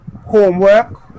homework